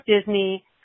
Disney